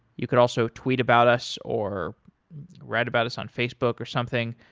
you could also tweet about us or write about us on facebook or something.